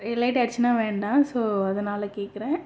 லேட்டாயிடுச்சுனா வேண்டாம் ஸோ அதனால் கேட்குறேன்